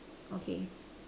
okay